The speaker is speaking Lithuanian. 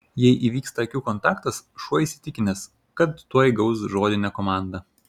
jei įvyksta akių kontaktas šuo įsitikinęs kad tuoj gaus žodinę komandą